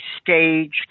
staged